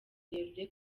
rurerure